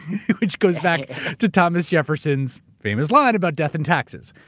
which goes back to thomas jefferson's famous line about death and taxes,